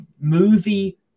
movie